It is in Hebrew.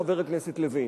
חבר הכנסת לוין.